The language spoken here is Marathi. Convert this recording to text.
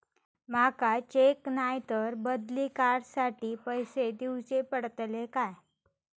माका चेक नाय तर बदली कार्ड साठी पैसे दीवचे पडतले काय?